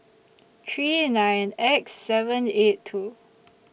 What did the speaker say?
three nine X seven eight two